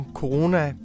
corona